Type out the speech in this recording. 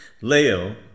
Leo